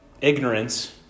ignorance